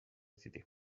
دیدیم